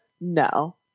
No